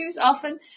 often